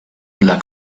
dla